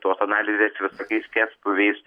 tos analizės visokiais skerspjūviais